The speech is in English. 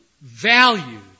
valued